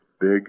Big